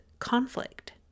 conflict